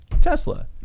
Tesla